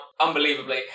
Unbelievably